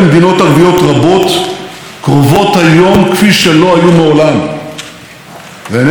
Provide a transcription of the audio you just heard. ואינני מתכוון רק לפגישותיי החשובות עם שותפינו לשלום,